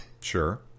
Sure